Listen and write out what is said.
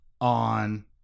on